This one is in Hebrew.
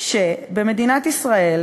שבמדינת ישראל,